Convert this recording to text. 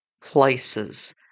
places